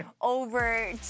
over